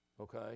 Okay